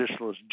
traditionalist